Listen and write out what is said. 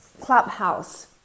Clubhouse